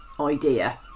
idea